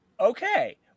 Okay